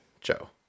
Joe